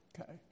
Okay